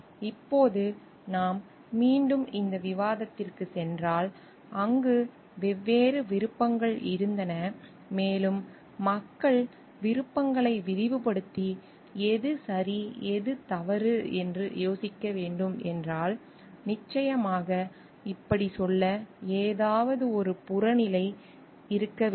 இப்போது நாம் மீண்டும் இந்த விவாதத்திற்குச் சென்றால் அங்கு வெவ்வேறு விருப்பங்கள் இருந்தன மேலும் மக்கள் விருப்பங்களை விரிவுபடுத்தி எது சரி எது தவறு என்று யோசிக்க வேண்டும் என்றால் நிச்சயமாக இப்படிச் சொல்ல ஏதாவது ஒரு புறநிலை தரநிலை இருக்க வேண்டும்